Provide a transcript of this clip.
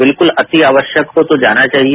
बिल्कुल अति आवश्यक हो तो जाना चाहिए